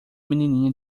menininha